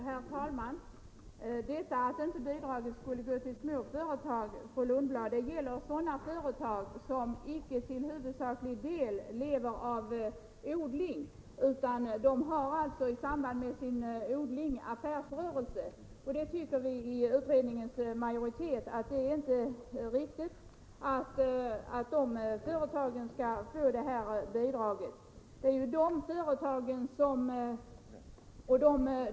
Herr talman! Det som sägs om att bidraget inte skall gå till små företag gäller sådana mindre växthusföretag som är komplement till blomsterhandel, grossisthandel, plantskolor osv., fru Lundblad.